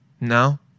No